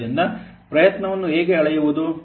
ಆದ್ದರಿಂದ ಪ್ರಯತ್ನವನ್ನು ಹೇಗೆ ಅಳೆಯುವುದು